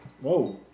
Whoa